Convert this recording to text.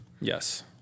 Yes